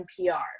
NPR